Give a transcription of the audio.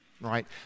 right